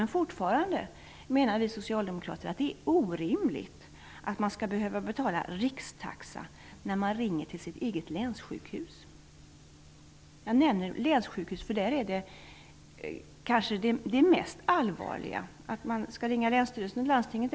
Men vi socialdemokrater menar fortfarande att det är orimligt att man skall behöva betala rikstaxa när man ringer till sitt eget länssjukhus. Jag nämner just länssjukhus, eftersom det kanske är det mest allvarliga. Det kan ibland finnas skäl att ringa länsstyrelsen eller landstinget.